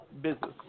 business